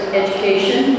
education